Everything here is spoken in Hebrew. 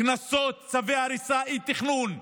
קנסות, צווי הריסה, אי-תכנון,